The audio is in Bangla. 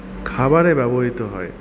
খাবারে ব্যবহৃত হয়